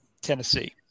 Tennessee